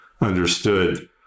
understood